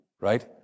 right